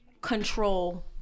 control